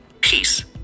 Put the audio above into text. peace